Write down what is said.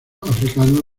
africanos